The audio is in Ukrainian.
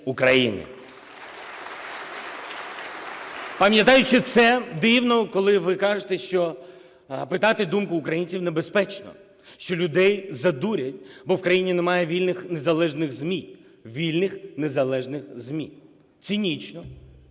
Пам'ятаючи це, дивно, коли ви кажете, що питати думку українців – небезпечно, що людей задурять, бо в країні немає вільних, незалежних ЗМІ, вільних, незалежних ЗМІ. Цинічно,